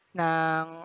ng